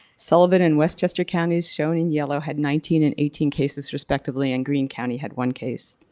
sullivan and westchester county shown in yellow had nineteen and eighteen cases respectively and greene county had one case.